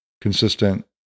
consistent